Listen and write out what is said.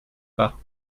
pas